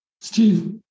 Steve